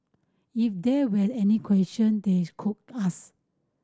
if there were any question they could ask